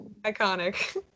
iconic